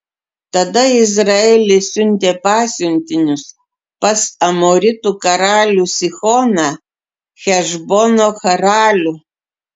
tada izraelis siuntė pasiuntinius pas amoritų karalių sihoną hešbono karalių